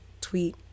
tweet